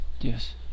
Yes